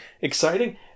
exciting